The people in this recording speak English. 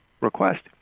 request